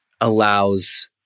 allows